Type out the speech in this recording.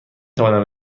توانم